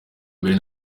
mbere